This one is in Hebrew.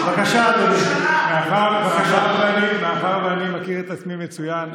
מאחר שאני מכיר את עצמי מצוין,